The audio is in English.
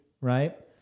Right